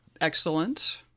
Excellent